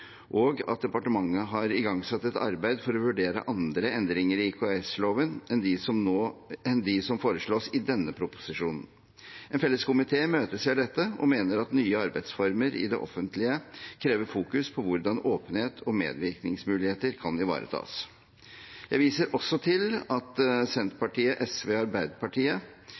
og at departementet har igangsatt et arbeid for å vurdere andre endringer i IKS-loven enn dem som foreslås i denne proposisjonen. En samlet komité imøteser dette og mener at nye arbeidsformer i det offentlige krever fokus på hvordan åpenhet og medvirkningsmuligheter kan ivaretas. Jeg viser også til at Senterpartiet, SV og Arbeiderpartiet